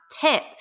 tip